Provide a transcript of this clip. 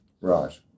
Right